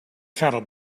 cattle